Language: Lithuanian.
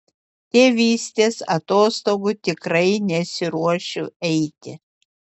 tėvystės atostogų tikrai nesiruošiu eiti